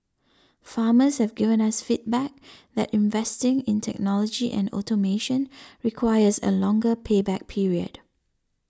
farmers have given us feedback that investing in technology and automation requires a longer pay back period